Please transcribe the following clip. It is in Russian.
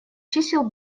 чисел